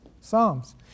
Psalms